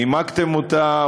נימקתם אותה.